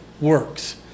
works